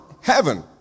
heaven